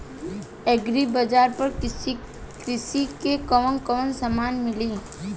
Agri बाजार पर कृषि के कवन कवन समान मिली?